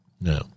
no